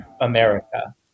america